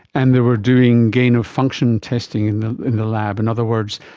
and they were doing gain of function testing in in the lab. in other words,